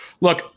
Look